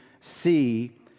see